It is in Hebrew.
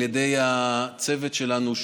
על ידי הצוות שלנו,